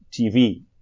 tv